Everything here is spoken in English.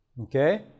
Okay